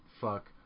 fuck